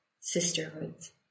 sisterhoods